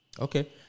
Okay